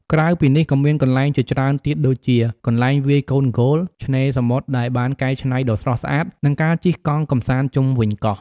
ក្រៅពីនេះ ក៏មានកន្លែងជាច្រើនទៀតដូចជា កន្លែងវាយកូនហ្គោល ឆ្នេរសមុទ្រដែលបានកែច្នៃដ៏ស្រស់ស្អាត និងការជិះកង់កម្សាន្តជុំវិញកោះ។